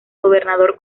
gobernador